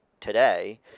today